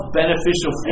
beneficial